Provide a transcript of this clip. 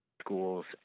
schools